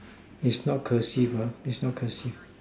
it's not cursive it's not cursive